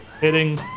hitting